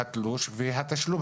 התלוש והתשלום.